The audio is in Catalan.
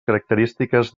característiques